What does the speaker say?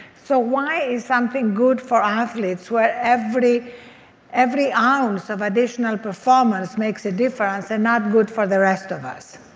so why is something good for athletes where every every ounce of additional performance makes a difference and not good for the rest of us?